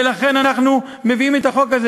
ולכן אנחנו מביאים את החוק הזה,